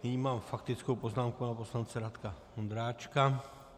Nyní mám faktickou poznámku pana poslance Radka Vondráčka.